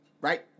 right